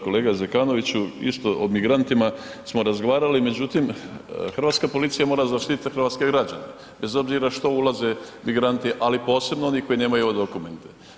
Kolega Zekanoviću, isto o migrantima smo razgovarali, međutim, hrvatska policija mora zaštititi hrvatske građane bez obzira što ulaze migranti, ali posebno oni koji nemaju … [[Govornik se ne razumije]] dokumente.